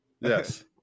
Yes